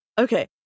Okay